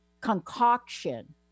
concoction